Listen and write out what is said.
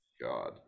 God